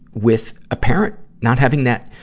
with a parent not having that,